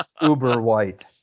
uber-white